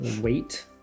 Weight